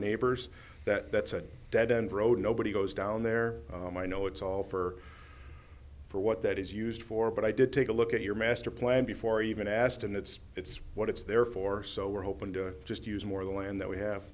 neighbors that that's a dead end road nobody goes down there and i know it's all for for what that is used for but i did take a look at your master plan before even asked and it's it's what it's there for so we're open to just use more of the land that we have